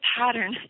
pattern